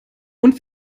und